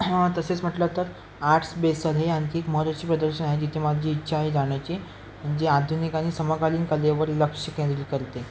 हां तसेच म्हटलं तर आर्ट्स बेस आहे आणखी एक महत्त्वाची प्रदर्शन आहे जिथे माझी इच्छा आहे जाण्याची जे आधुनिक आणि समकालीन कलेवर लक्ष केंद्रीत करते